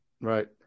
right